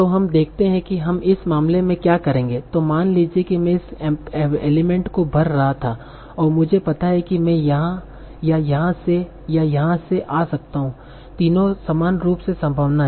तो हम देखते हैं कि हम इस मामले में क्या करेंगे तो मान लीजिये मैं इस एलीमेंट को भर रहा था और मुझे पता है कि मैं यहां या यहां से या यहां से आ सकता हूं तीनों समान रूप से संभावना है